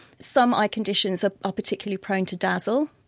some eye conditions ah are particularly prone to dazzle,